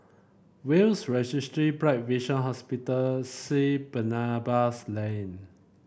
Will's Registry Bright Vision Hospital Saint Barnabas Lane